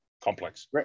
complex